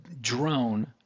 drone